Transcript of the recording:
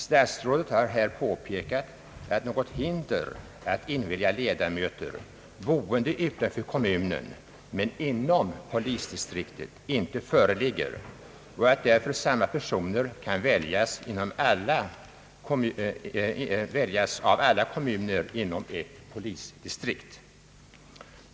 Statsrådet har här påpekat att något hinder att invälja ledamöter boende utanför kommunen men inom polisdistriktet inte föreligger och att därför samma personer kan väljas av alla kommuner inom ett polisdistrikt.